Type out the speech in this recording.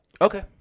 Okay